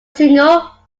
single